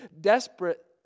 desperate